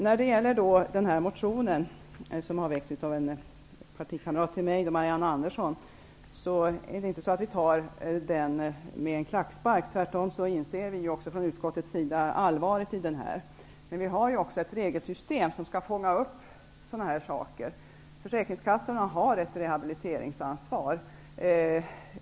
När det gäller den motion som väckts av bl.a. en partikamrat till mig, Marianne Andersson, tar inte utskottet den med en klackspark. Utskottet inser tvärtom allvaret i detta. Men det finns ett regelsystem som skall fånga upp sådana saker. Försäkringskassorna har ett rehabiliteringsansvar.